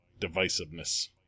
divisiveness